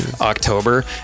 October